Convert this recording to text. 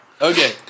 Okay